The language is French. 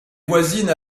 voisine